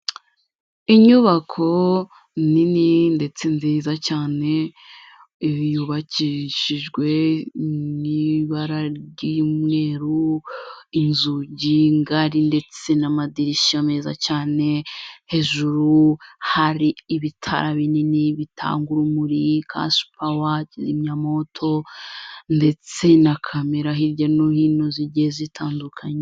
Inyubako nini ndetse nziza cyane, yubakishijwe n'ibara ry'umweru, inzugi ngari ndetse n'amadirishya meza cyane, hejuru hari ibitara binini bitanga urumuri, kashipawa, kizimyamwoto, ndetse na kamera hirya no hino zigiye zitandukanye.